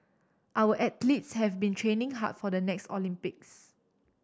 our athletes have been training hard for the next Olympics